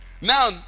now